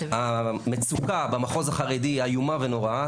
המצוקה במחוז החרדי איומה ונוראה,